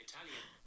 Italian